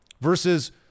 Versus